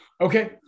Okay